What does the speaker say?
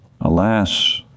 Alas